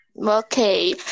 okay